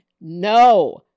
no